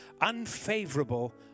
unfavorable